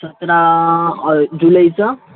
सतरा जुलैचं